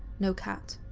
no cat.